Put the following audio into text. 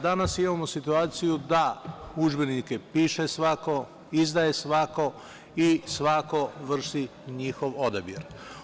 Danas imamo situaciju da udžbenike piše svako, izdaje svako i svako vrši njihov odabir.